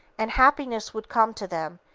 and happiness would come to them,